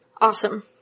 Awesome